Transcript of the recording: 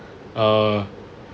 uh